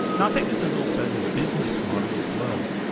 and think this is also the business model as well,